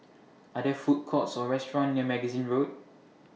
Are There Food Courts Or restaurants near Magazine Road